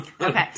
Okay